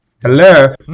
hello